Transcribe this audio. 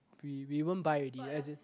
we we won't buy already as in